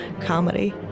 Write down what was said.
comedy